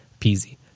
peasy